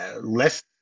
less